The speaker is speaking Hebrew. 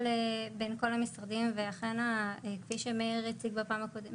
ניכויי שכר בגין החובות הללו.